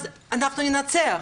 אז אנחנו ננצח.